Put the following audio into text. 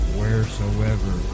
wheresoever